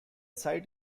site